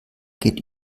geht